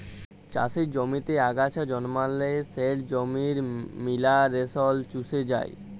চাষের জমিতে আগাছা জল্মালে সেট জমির মিলারেলস চুষে লেই